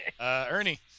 Ernie